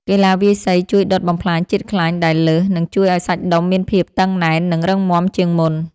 កីឡាវាយសីជួយដុតបំផ្លាញជាតិខ្លាញ់ដែលលើស និងជួយឱ្យសាច់ដុំមានភាពតឹងណែន និងរឹងមាំជាងមុន។